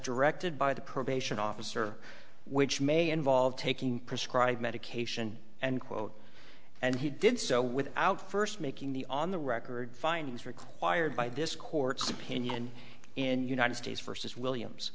directed by the probation officer which may involve taking prescribed medication and quote and he did so without first making the on the record findings required by this court's opinion in united states versus williams